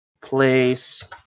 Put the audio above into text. place